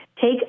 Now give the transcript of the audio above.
Take